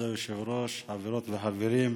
כבוד היושב-ראש, חברות וחברים,